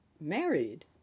married